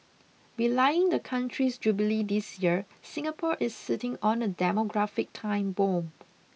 belying the country's Jubilee this year Singapore is sitting on a demographic time bomb